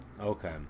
Okay